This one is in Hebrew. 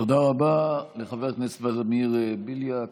תודה רבה לחבר הכנסת ולדימיר בליאק,